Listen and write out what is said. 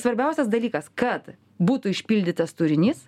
svarbiausias dalykas kad būtų išpildytas turinys